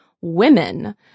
women